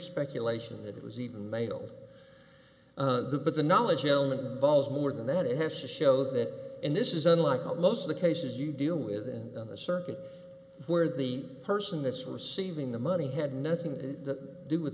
speculation that it was even mail but the knowledge is more than that it has to show that and this is unlike most of the cases you deal with in the circuit where the person that's receiving the money had nothing to do with